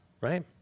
Right